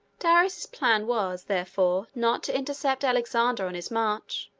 darius's plan was, therefore, not to intercept alexander on his march,